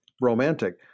romantic